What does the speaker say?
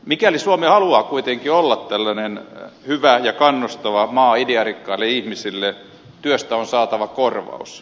mikäli suomi haluaa kuitenkin olla tällainen hyvä ja kannustava maa idearikkaille ihmisille työstä on saatava korvaus